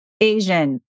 Asian